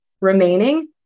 remaining